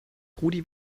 rudi